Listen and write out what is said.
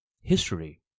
history